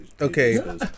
Okay